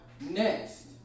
next